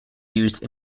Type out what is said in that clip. used